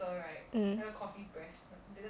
mm